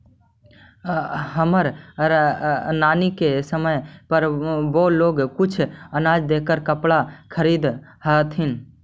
हमर नानी के समय पर वो लोग कुछ अनाज देकर कपड़ा खरीदअ हलथिन